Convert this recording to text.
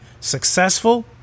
successful